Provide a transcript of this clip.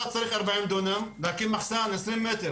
אתה צריך ארבעים דונם להקים מחסן עשרים מטר,